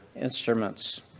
instruments